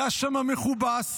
זה השם המכובס.